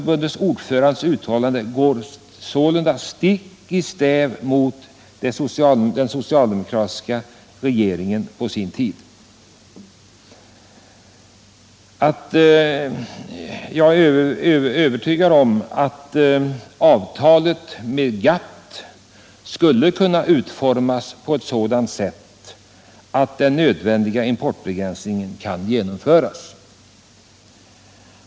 Hans uttalande nu går sålunda stick i stäv mot den socialdemokratiska regeringens politik på sin tid. Jag är övertygad om att avtalet med Gatt skulle kunna utformas på ett sådant sätt att den nödvändiga importbegränsningen kan genomföras.